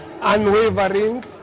Unwavering